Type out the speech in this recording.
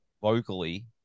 vocally